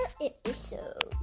episode